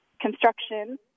construction